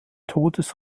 totes